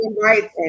right